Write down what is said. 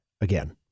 again